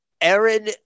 Aaron